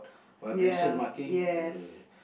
vibration marking